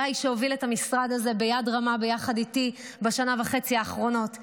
גיא הוביל את המשרד הזה ביד רמה ביחד איתי בשנה וחצי האחרונות כחברים,